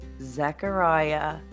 Zechariah